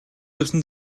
явсан